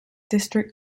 district